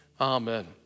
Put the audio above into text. Amen